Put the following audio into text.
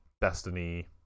destiny